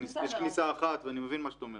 יש כניסה אחת ואני מבין מה שאת אומרת.